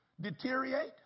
deteriorate